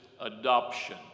adoption